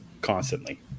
constantly